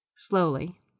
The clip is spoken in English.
Slowly